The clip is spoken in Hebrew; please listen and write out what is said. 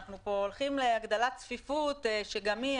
אנחנו פה הולכים להגדלת צפיפות שגם היא,